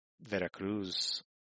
Veracruz